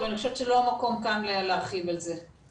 אבל אני חושבת שלא המקום כאן להרחיב על זה.